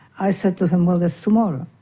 i said to him, well that's tomorrow.